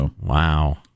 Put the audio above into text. Wow